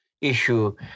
issue